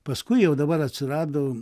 paskui jau dabar atsirado